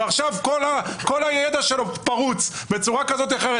ועכשיו כל המידע שלו פרוץ בצורה זו אחרת,